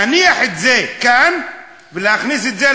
להניח את זה כאן ולהכניס את זה,